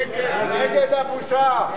נגד הבושה.